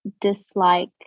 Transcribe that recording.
dislike